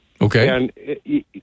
Okay